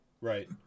right